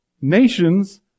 nations